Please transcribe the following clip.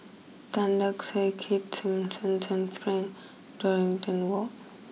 Tan Lark Sye Keith Simmons and Frank Dorrington Ward